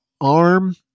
arm